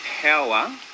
power